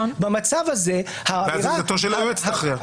במצב הזה -- ואז עמדתו של היועץ תכריע.